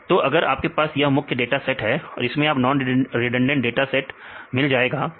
तो अगर हमारे पास यह मुख्य डाटा सेट है और इससे आप नॉन रिडंडेंट डाटा सेट मिल सकता है